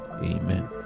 Amen